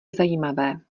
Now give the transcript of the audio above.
zajímavé